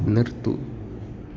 നിർത്തൂ